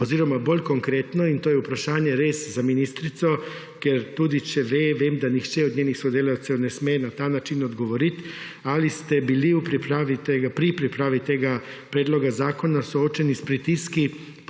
oziroma bolj konkretno – in to je vprašanje res za ministrico, ker tudi če ve, vem, da nihče od njenih sodelavcev ne sme na ta način odgovoriti –, ali ste bili pri pripravi tega predloga zakona soočeni s pritiski